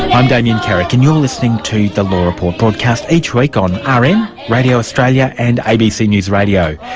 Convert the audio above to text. i'm damien carrick, and you're listening to the law report, broadcast each week on ah rn, radio australia and abc news radio.